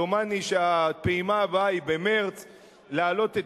דומני שהפעימה הבאה היא במרס להעלות את